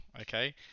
okay